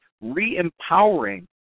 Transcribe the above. re-empowering